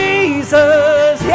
Jesus